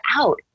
out